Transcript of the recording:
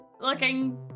looking